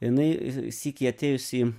jinai sykį atėjus į